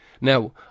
Now